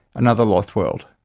another lost world.